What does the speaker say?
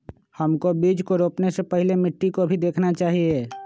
हमको बीज को रोपने से पहले मिट्टी को भी देखना चाहिए?